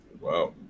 Wow